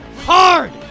hard